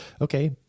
Okay